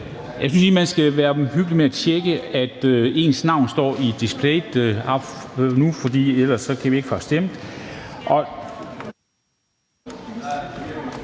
jeg synes lige, at man skal være omhyggelig med at tjekke, at ens navn står på displayet, for ellers kan vi ikke stemme.